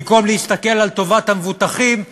במקום להסתכל על טובת המבוטחים,